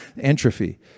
Entropy